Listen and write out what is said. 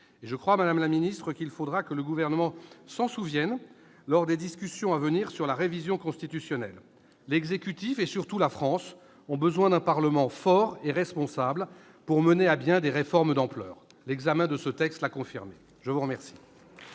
faudra, madame la ministre, que le Gouvernement s'en souvienne lors des discussions à venir sur la révision constitutionnelle : l'exécutif et, surtout, la France ont besoin d'un Parlement fort et responsable pour mener à bien des réformes d'ampleur. L'examen du présent texte l'a confirmé. La parole